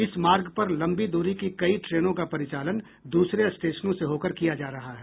इस मार्ग पर लंबी दूरी की कई ट्रेनों का परिचालन दूसरे स्टेशनों से होकर किया जा रहा है